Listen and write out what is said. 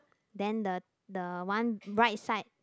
then the the one right side